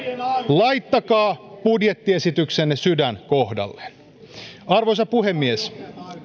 laittakaa budjettiesitykseenne sydän kohdalleen arvoisa puhemies